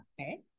Okay